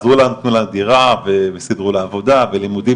הם סידרו לה דירה וסידרו לה עבודה ולימודים